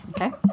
Okay